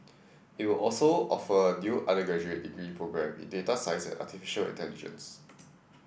it will also offer a new undergraduate degree programme in data science and artificial intelligence